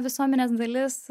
visuomenės dalis